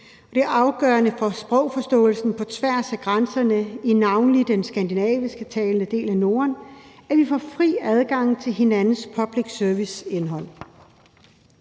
det er afgørende for sprogforståelsen på tværs af grænserne i navnlig den skandinavisktalende del af Norden, at vi får fri adgang til hinandens public service-indhold.